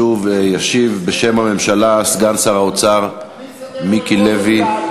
שוב, ישיב בשם הממשלה סגן שר האוצר מיקי לוי.